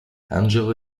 angela